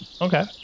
okay